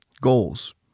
Goals